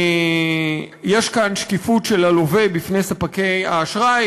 יש כאן שקיפות של הלווה בפני ספקי האשראי